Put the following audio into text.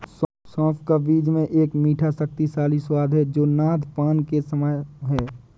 सौंफ का बीज में एक मीठा, शक्तिशाली स्वाद है जो नद्यपान के समान है